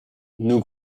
nous